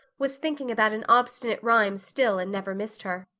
was thinking about an obstinate rhyme still and never missed her.